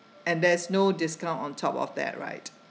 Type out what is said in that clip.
and there's no discount on top of that right